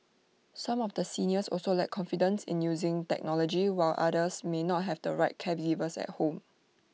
some of the seniors also lack confidence in using technology while others may not have the right caregivers at home